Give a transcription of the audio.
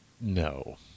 No